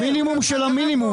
המינימום של המינימום.